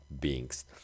beings